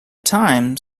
time